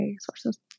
sources